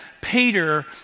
Peter